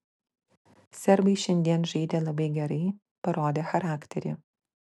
serbai šiandien žaidė labai gerai parodė charakterį